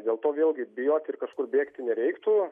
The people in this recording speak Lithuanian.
dėl to vėlgi bijoti ir kažkur bėgti nereiktų